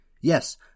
Yes